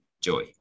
joy